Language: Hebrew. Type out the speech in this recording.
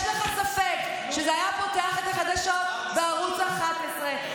יש לך ספק שזה היה פותח את החדשות בערוץ 11?